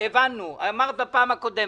הבנו וגם אמרת בפעם הקודמת,